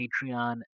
Patreon